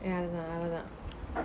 ya lah I lah